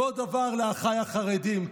ועוד דבר לאחיי החרדים,